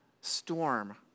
storm